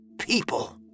people